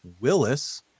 Willis